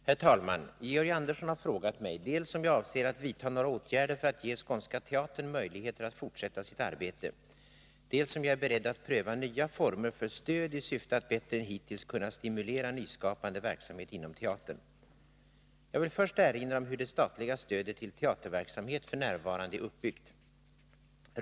Herr talman! Georg Andersson har frågat mig dels om jag avser att vidta några åtgärder för att ge Skånska Teatern möjligheter att fortsätta sitt arbete, dels om jag är beredd att pröva nya former för stöd i syfte att bättre än hittills kunna stimulera nyskapande verksamhet inom teatern. Jag vill först erinra om hur det statliga stödet till teaterverksamhet f. n. är uppbyggt.